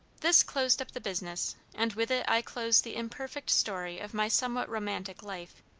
this closed up the business, and with it i close the imperfect story of my somewhat romantic life.